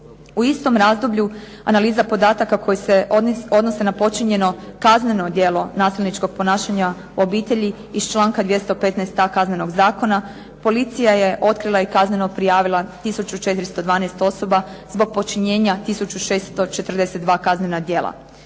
U istom razdoblju analiza podataka koji se odnose na počinjeno kazneno djelo nasilničkog ponašanja u obitelji, iz članka 215. Kaznenog zakona policija je otkrila i kazneno prijavila tisuću 412 osoba zbog počinjenja tisuću 642 kaznena djela.